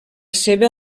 seva